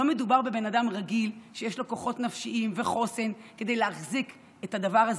לא מדובר בבן אדם רגיל שיש לו כוחות נפשיים וחוסן להחזיק את הדבר הזה.